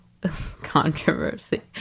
controversy